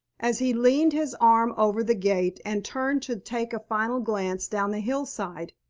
as he leaned his arm over the gate and turned to take a final glance down the hillside,